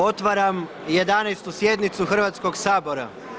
Otvaram 11. sjednicu Hrvatskog sabora.